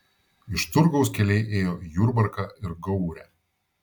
iš turgaus keliai ėjo į jurbarką ir gaurę